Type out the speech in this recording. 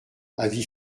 avis